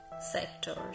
Sectors